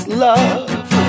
love